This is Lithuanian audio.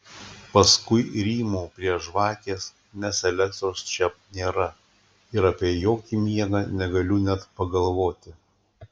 paskui rymau prie žvakės nes elektros čia nėra ir apie jokį miegą negaliu net pagalvoti